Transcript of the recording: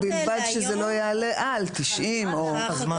ובלבד שזה לא יעלה על 90 או כמה שיוחלט.